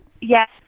Yes